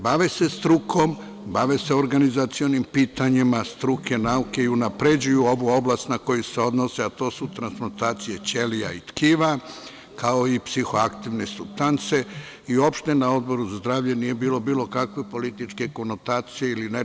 Bave se strukom, bave se organizacionim pitanjima struke, nauke i unapređuju ovu oblast na koju se odnose, a to su transplantacije ćelija i tkiva, kao i psihoaktivne supstance i uopšte na Odboru za zdravlje nije bilo bilo kakve političke konotacije ili nečeg drugog.